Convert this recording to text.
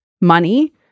money